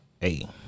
Hey